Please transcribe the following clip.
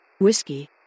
Whiskey